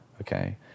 okay